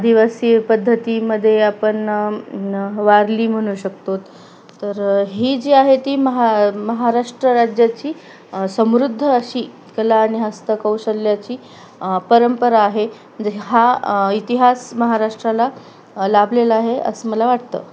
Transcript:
आदिवासी पद्धतीमध्ये आपण वारली म्हणू शकतात तर ही जी आहे ती महा महाराष्ट्र राज्याची समृद्ध अशी कला आणि हस्तकौशल्याची परंपरा आहे हा इतिहास महाराष्ट्राला लाभलेला आहे असं मला वाटतं